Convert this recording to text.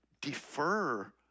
defer